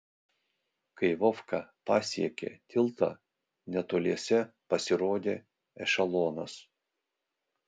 kai vovka pasiekė tiltą netoliese pasirodė ešelonas